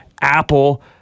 Apple